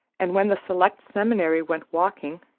and when the select seminary went walking,